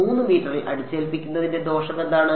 3 മീറ്ററിൽ അടിച്ചേൽപ്പിക്കുന്നതിന്റെ ദോഷം എന്താണ്